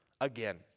again